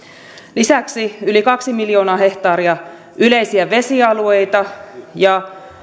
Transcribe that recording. lisäksi yli kaksi miljoonaa hehtaaria yleisiä vesialueita ja